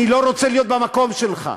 אני לא רוצה להיות במקום שלך.